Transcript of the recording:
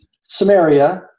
Samaria